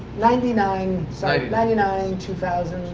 ninety nine, sorry. ninety nine, two thousand,